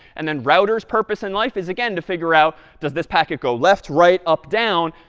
and then router's purpose in life is, again, to figure out, does this packet go left, right, up, down,